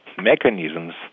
mechanisms